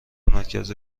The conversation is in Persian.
مرکز